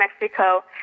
Mexico